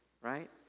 Right